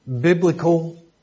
biblical